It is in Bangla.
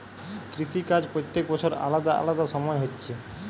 কৃষি কাজ প্রত্যেক বছর আলাদা আলাদা সময় হচ্ছে